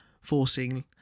forcing